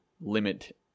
limit